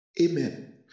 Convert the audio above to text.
Amen